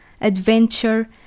adventure